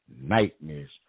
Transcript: nightmares